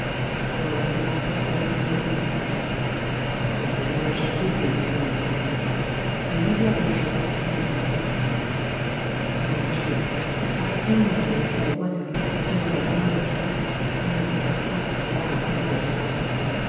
on l'en séparait pour opinion politique certainement j'approuve les opinions politiques mais il y a des gens qui ne savent pas s'arrêter mon dieu parce qu'un homme a été à waterloo ce n'est pas un monstre on ne sépare point pour cela un père de son enfant